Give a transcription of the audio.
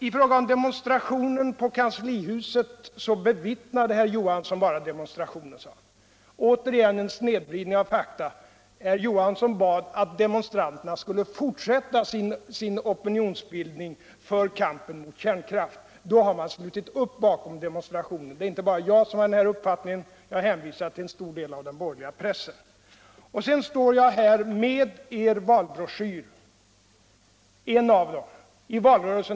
Herr Johansson förkltarade att han bara bevittnade demonstrationen vid kanslihuset. Detta är åter en snedvridning av fakta. Herr Johansson bad att demonstranterna skulle fortsätta sin opinionsbildning för kampen mot kärnkraft. Då har man slutit upp bakom demonstrationen. Inte bara Jjag har den uppfattningen. Jag hänvisar till en stor del av den borgerliga pressen. Jag har här en av era valbrosehyrer.